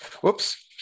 whoops